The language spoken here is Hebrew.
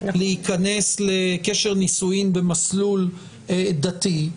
להיכנס לקשר נישואים במסלול דתי,